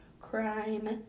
Crime